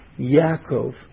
Yaakov